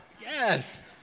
Yes